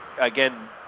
again